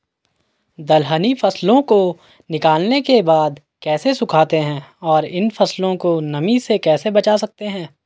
दलहनी फसलों को निकालने के बाद कैसे सुखाते हैं और इन फसलों को नमी से कैसे बचा सकते हैं?